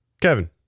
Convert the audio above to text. Kevin